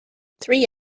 three